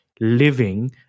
living